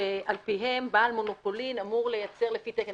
שעל פיהם בעל מונופולין אמור לייצר לפי תקן.